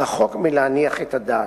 רחוק מלהניח את הדעת.